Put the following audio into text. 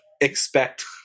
expect